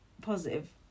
positive